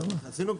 סיימנו?